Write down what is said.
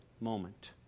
moment